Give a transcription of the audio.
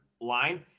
line